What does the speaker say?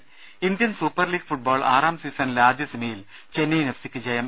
രുമ Indian super league football ആറാം സീസണിലെ ആദ്യസെമിയിൽ ചെന്നൈയിൻ എഫ് സിയ്ക്ക് ജയം